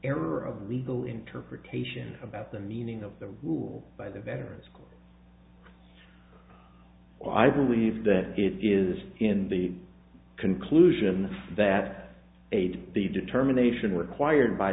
error of legal interpretation about the meaning of the rule by the veteran school well i believe that it is in the conclusion that aid the determination required by